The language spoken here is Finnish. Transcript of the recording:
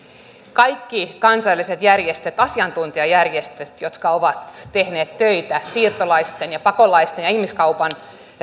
kaikki kansainväliset järjestöt asiantuntijajärjestöt jotka ovat tehneet töitä siirtolaisten pakolaisten ja ihmiskaupan